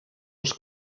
els